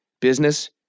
Business